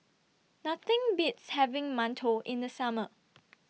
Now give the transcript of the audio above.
Nothing Beats having mantou in The Summer